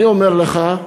אני אומר לך: